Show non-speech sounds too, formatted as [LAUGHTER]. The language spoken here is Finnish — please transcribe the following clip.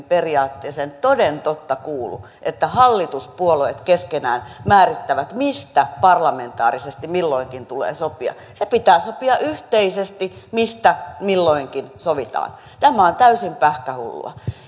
[UNINTELLIGIBLE] periaatteeseen toden totta kuulu että hallituspuolueet keskenään määrittävät mistä parlamentaarisesti milloinkin tulee sopia se pitää sopia yhteisesti mistä milloinkin sovitaan tämä on täysin pähkähullua